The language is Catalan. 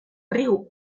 riu